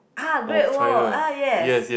ah Great Wall ah yes